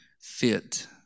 Fit